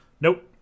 Nope